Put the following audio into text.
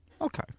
Okay